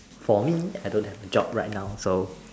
for me I don't have a job right now so